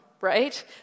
right